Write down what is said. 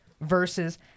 versus